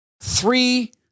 Three